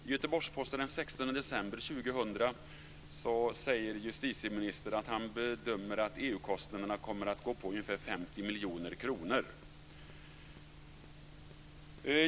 I Göteborgs-Posten den 16 december 2000 säger justitieministern att han bedömer att EU-kostnaderna kommer att uppgå till ungefär 50 miljoner kronor.